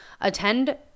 attend